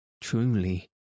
truly